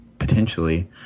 Potentially